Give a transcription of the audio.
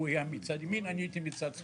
הוא היה מצד ימין, אני הייתי מצד שמאל.